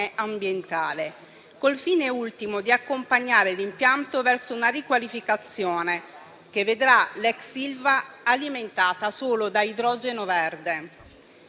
ambientale, con il fine ultimo di accompagnare l'impianto verso una riqualificazione, che vedrà l'ex Ilva alimentata solo da idrogeno verde.